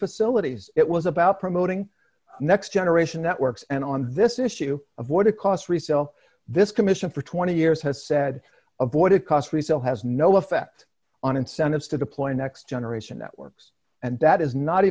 facilities it was about promoting next generation networks and on this issue of what it costs resell this commission for twenty years has said avoid it cost resale has no effect on incentives to deploy next generation networks and that is not